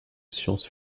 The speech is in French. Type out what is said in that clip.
science